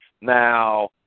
Now